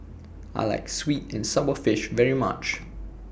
I like Sweet and Sour Fish very much